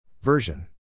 Version